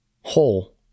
whole